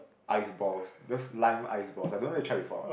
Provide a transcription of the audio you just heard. ice balls those lime ice balls I don't know you try before or